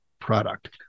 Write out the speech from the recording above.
product